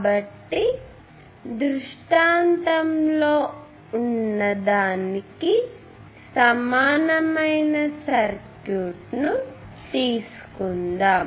కాబట్టి దృష్టాంతంలో ఉన్నదానికి సమానమైన సర్క్యూట్ ను తీసుకుందాం